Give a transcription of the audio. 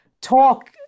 talk